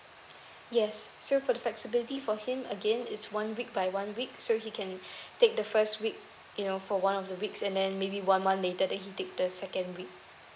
yes so for the flexibility for him again is one week by one week so he can take the first week you know for one of the weeks and then maybe one month later then he take the second week